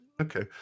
Okay